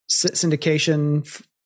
Syndication